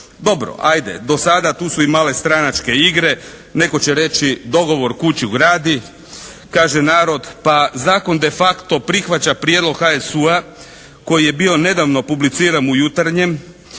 Dobro. Ajde, do sada tu su i male stranačke igre. Netko će reći dogovor kuću gradi. Kaže narod pa zakon de facto prihvaća prijedlog HSU-a koji je bio nedavno publiciran u "Jutarnjem"